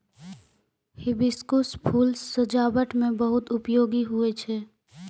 hibiscus फूल सजाबट मे बहुत उपयोगी हुवै छै